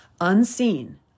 unseen